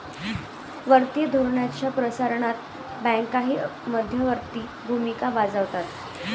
वित्तीय धोरणाच्या प्रसारणात बँकाही मध्यवर्ती भूमिका बजावतात